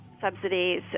subsidies